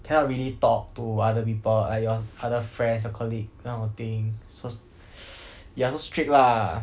cannot really talk to other people like your other friends your colleague kind of thing so ya so strict lah